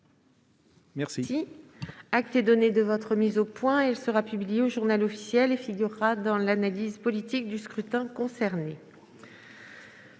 contre. Acte est donné de votre mise au point. Elle sera publiée au et figurera dans l'analyse politique du scrutin concerné.